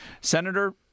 Senator